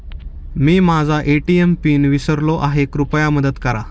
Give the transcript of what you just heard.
मी माझा ATM PIN विसरलो आहे, कृपया मदत करा